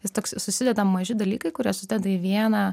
jis toks susideda maži dalykai kurie susideda į vieną